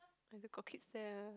!aiyo! got kids there ah